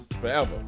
forever